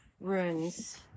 runes